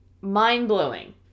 Mind-blowing